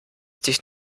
dich